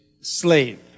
slave